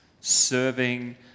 serving